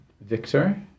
Victor